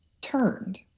turned